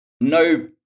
no